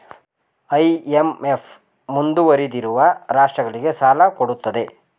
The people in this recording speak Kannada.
ಐ.ಎಂ.ಎಫ್ ಮುಂದುವರಿದಿರುವ ರಾಷ್ಟ್ರಗಳಿಗೆ ಸಾಲ ಕೊಡುತ್ತದೆ